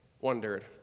wondered